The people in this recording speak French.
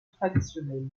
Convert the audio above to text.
traditionnelles